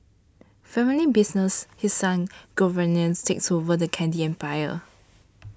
family business His Son Giovanni takes over the candy empire